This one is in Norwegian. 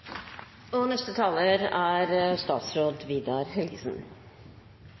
prioriteringer. Neste taler er